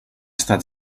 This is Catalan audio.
estat